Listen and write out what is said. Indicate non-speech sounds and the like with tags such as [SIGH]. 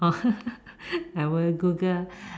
orh [LAUGHS] I will Google